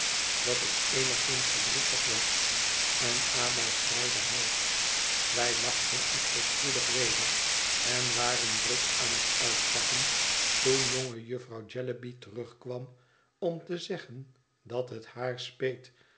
dat ik eenigszins verdrietig was en ada schreide half wij lachten echter spoedig weder en waren druk aan het uitpakken toen jonge jufvrouw jellyby terugkwam om te zeggen dat het haar speet